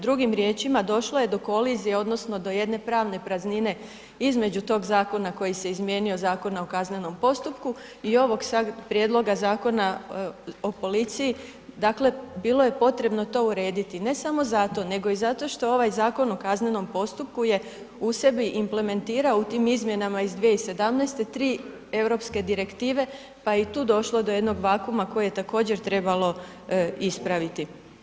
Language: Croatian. Drugim riječima, došlo je do kolizije odnosno do jedne pravne praznine između tog zakona koji se izmijenio Zakona o kaznenom postupku i ovog sad prijedloga Zakona o policiji, dakle, bilo je potrebno to urediti, ne samo zato, nego i zato što ovaj Zakon o kaznenom postupku je u sebi implementirao u tim izmjenama iz 2017. tri europske direktive, pa je i tu došlo do jednog vakuma koji je također trebalo ispraviti.